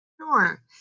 Sure